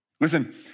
Listen